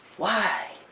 why?